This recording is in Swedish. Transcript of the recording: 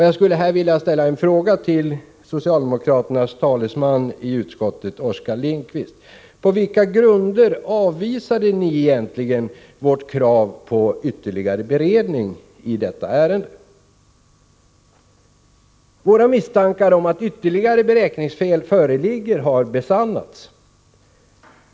Jag skulle här vilja ställa en fråga till socialdemokraternas talesman i utskottet, Oskar Lindkvist: På vilka grunder avvisade ni egentligen vårt krav på ytterligare beredning i detta ärende? Våra misstankar om att ytterligare beräkningsfel föreligger har besannats.